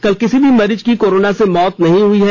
कल किसी भी मरीज की कोरोना से मौत नहीं हुई है